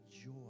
joy